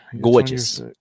Gorgeous